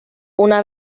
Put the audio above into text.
una